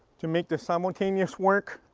to make this simultaneous work,